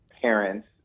parents